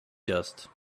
just